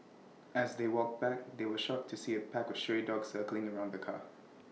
as they walked back they were shocked to see A pack of stray dogs circling around the car